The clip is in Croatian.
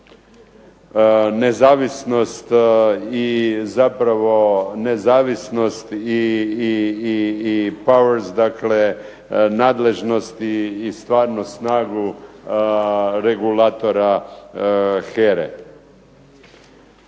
nezavisnost i zapravo nezavisnost i powers dakle nadležnosti i stvarnu snagu regulatora HERA-e.